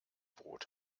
brot